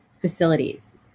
facilities